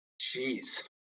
Jeez